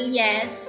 yes